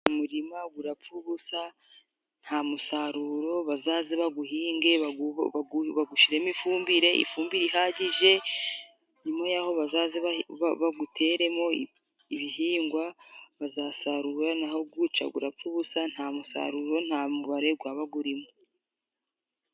Umurima gurapfa ubusa nta musaruro, bazaze baguhinge bagushiremo ifumbire, ifumbire ihagije nyuma yaho bazaze baguteremo ibihingwa bazasarura naho guca urapfa ubusa nta musaruro, nta mubare gwaba gurimo.